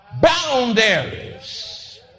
boundaries